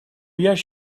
yes